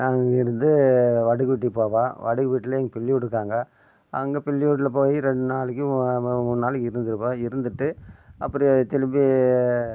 நாங்கள் இங்கேருந்து வடுகப்பட்டி போவோம் வடுகப்பட்டியில எங்கள் பின்னியூடு இருக்குது அங்கே அங்கே பின்னி வீட்ல போய் ரெண்டு நாளைக்கு மூணு நாளைக்கு இருந்துப்போம் இருந்துட்டு அப்படியே திரும்பி